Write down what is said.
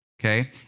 okay